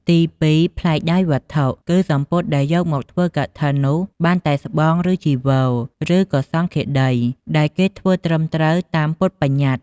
ទីពីរ ប្លែកដោយវត្ថុ គឺសំពត់ដែលយកមកធ្វើកឋិននោះបានតែស្បង់ ឬចីវរ ឬក៏សង្ឃាដី ដែលគេធ្វើត្រឹមត្រូវតាមពុទ្ធប្បញ្ញត្តិ។